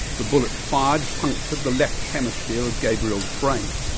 the bullet fired punctured the left hemisphere of gabrielle's brain,